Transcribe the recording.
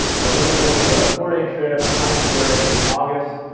we're going to go for a four day trip in the high sierra in august.